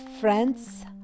Friends